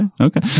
Okay